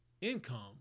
income